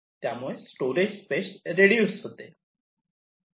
त्यामुळे storage space reduce होते